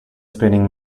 spinning